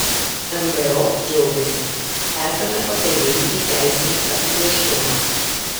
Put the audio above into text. nvo džiaugiasi esame pakeliui į teisinį apibrėžtumą